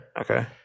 Okay